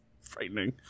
frightening